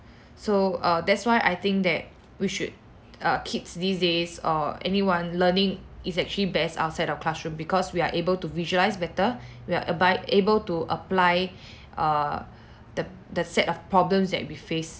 so uh that's why I think that we should uh kids these days or anyone learning is actually best outside of classroom because we are able to visualise better we are abide able to apply uh the the set of problems that we face